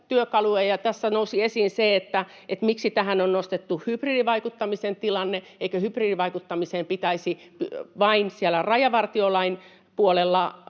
Tässä nousi esiin, miksi tähän on nostettu hybridivaikuttamisen tilanne ja eikö hybridivaikuttamiseen pitäisi vain siellä rajavartiolain puolella